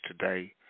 today